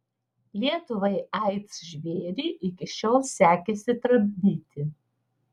lietuvai aids žvėrį iki šiol sekėsi tramdyti